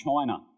China